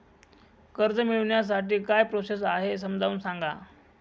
कर्ज मिळविण्यासाठी काय प्रोसेस आहे समजावून सांगा